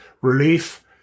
Relief